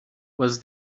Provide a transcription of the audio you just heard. was